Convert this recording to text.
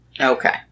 Okay